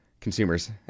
consumers